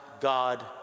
God